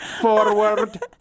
forward